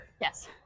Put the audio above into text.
Yes